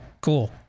cool